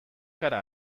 gara